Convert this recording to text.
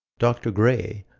dr. gray,